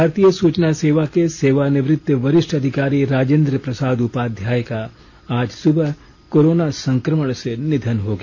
भारतीय सूचना सेवा के सेवानिवृत वरिष्ठ अधिकारी राजेन्द्र प्रसाद उपाध्याय का आज सुबह कोरोना संक्रमण से निधन हो गया